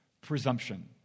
presumption